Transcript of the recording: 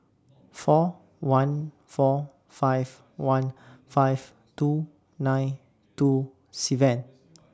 four one four five one five two nine two seven